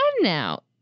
now